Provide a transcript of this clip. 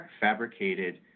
fabricated